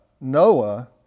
Noah